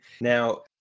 Now